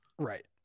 Right